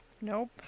Nope